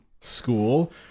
school